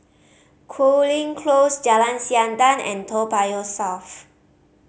Cooling Close Jalan Siantan and Toa Payoh South